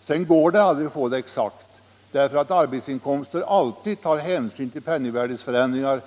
Sedan är det en annan sak att det aldrig går att få det exakt likadant, därför att arbetsinkomster alltid tar hänsyn till penningvärdeförändringar;